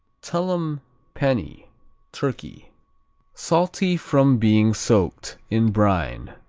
tullum penney turkey salty from being soaked in brine.